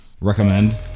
Recommend